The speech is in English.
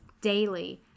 daily